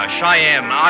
Cheyenne